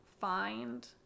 find